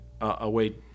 away